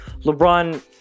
lebron